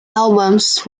albums